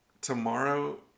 Tomorrow